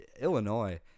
Illinois